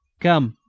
come!